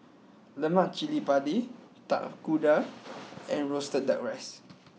Lemak Cili Padi Tapak Kuda and Roasted Duck Rice